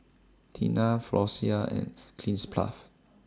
Tena Floxia and Cleanz Plus